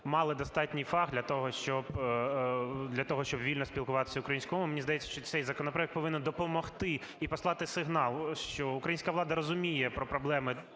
мали достатній фах для того, щоб вільно спілкуватися українською мовою. Мені здається, що цей законопроект повинен допомогти і послати сигнал, що українська влада розуміє про проблеми,